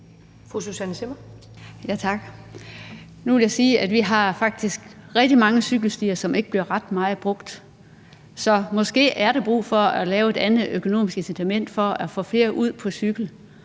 Susanne Zimmer (UFG): Nu vil jeg sige, at vi faktisk har rigtig mange cykelstier, som ikke bliver brugt ret meget, så der er måske brug for at lave et andet økonomisk incitament for at få flere ud på cyklen,